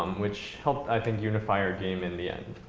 um which helped, i think, unify our game in the end.